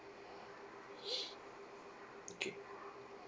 okay